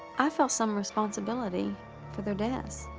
i felt some responsibility for their deaths.